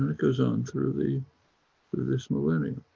goes on through the but this millennium,